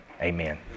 amen